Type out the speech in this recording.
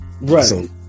right